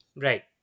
Right